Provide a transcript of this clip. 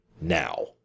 now